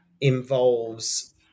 involves